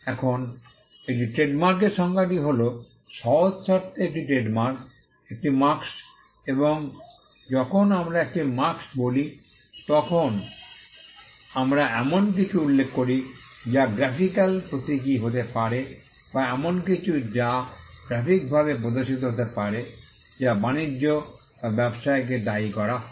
এখন এটি ট্রেডমার্কের সংজ্ঞাটি হল সহজ শর্তে একটি ট্রেডমার্ক একটি মার্ক্স্ এবং যখন আমরা একটি মার্ক্স্ বলি তখন আমরা এমন কিছু উল্লেখ করি যা গ্রাফিকাল প্রতীকী হতে পারে বা এমন কিছু যা গ্রাফিকভাবে প্রদর্শিত হতে পারে যা বাণিজ্য বা ব্যবসাকে দায়ী করা হয়